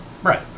Right